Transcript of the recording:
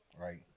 Right